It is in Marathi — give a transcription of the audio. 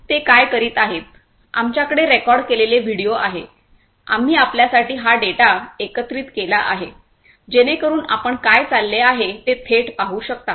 ते काय करीत आहेत आमच्याकडे रेकॉर्ड केलेले व्हिडिओ आहे आम्ही आपल्यासाठी हा डेटा एकत्रित केला आहे जेणेकरून आपण काय चालले आहे ते थेट पाहू शकता